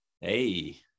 Hey